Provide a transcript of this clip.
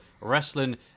wrestling